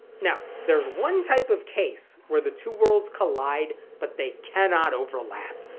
now, there's one type of case where the two worlds collide but they cannot overlap.